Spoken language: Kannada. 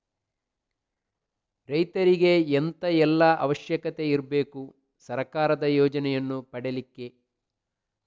ರೈತರಿಗೆ ಎಂತ ಎಲ್ಲಾ ಅವಶ್ಯಕತೆ ಇರ್ಬೇಕು ಸರ್ಕಾರದ ಯೋಜನೆಯನ್ನು ಪಡೆಲಿಕ್ಕೆ?